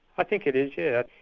i think it is yes.